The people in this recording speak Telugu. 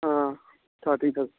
ఆ ఫర్ ది గర్ల్స్